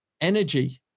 Energy